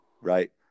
Right